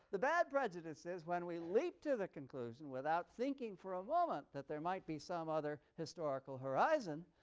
the bad prejudice is when we leap to the conclusion, without thinking for a moment that there might be some other historical horizon,